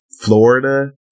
Florida